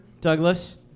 Douglas